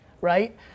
right